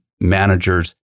managers